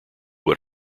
what